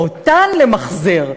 אותן למחזר.